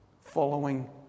following